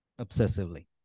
obsessively